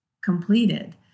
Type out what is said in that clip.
completed